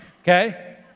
okay